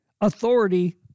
Authority